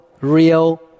real